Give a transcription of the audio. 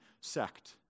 sect